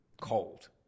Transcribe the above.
cold